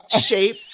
shape